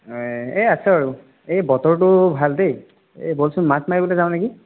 এ আছো আৰু এই বতৰটো ভাল দেই এই ব'লচোন মাছ মাৰিবলৈ যাওঁ নেকি